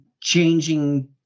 changing